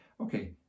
Okay